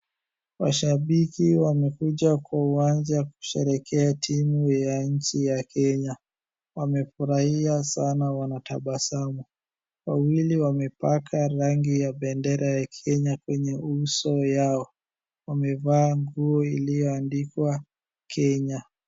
Washabiki wamekuja kwa uwanja kusherehekea timu yanci ya Kenya, wamefurahia sana wametabasamu, wawili wamepaka rangi ya bendera ya Kenya kwenye uso yao, wamevaa nguo iliyoandikwa Kenya.